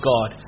God